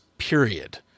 period